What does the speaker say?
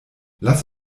lass